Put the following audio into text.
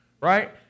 Right